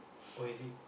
oh is it